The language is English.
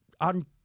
on